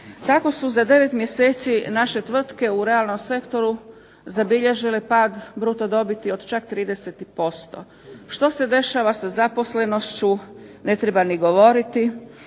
Tako su za 9 mjeseci naše tvrtke u realnom sektoru zabilježile pad bruto dobiti od čak 30%. Što se dešava sa zaposlenošću ne treba ni govoriti.